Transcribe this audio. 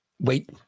wait